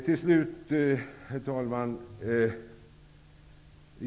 Herr talman!